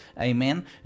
Amen